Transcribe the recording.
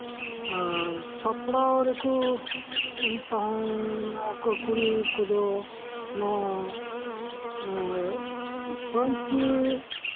ᱟᱨ ᱥᱟᱯᱲᱟᱣ ᱨᱮᱠᱚ ᱛᱟᱦᱮᱱ ᱚᱠᱚᱭ ᱠᱩᱲᱤ ᱠᱚᱫᱚ ᱱᱚᱣᱟ ᱯᱟᱹᱧᱪᱤ